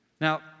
Now